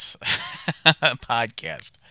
podcast